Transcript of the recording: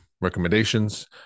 recommendations